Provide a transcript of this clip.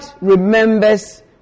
remembers